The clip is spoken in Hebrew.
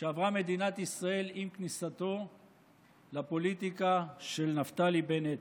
שעברה מדינת ישראל עם כניסתו לפוליטיקה של נפתלי בנט.